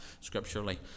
scripturally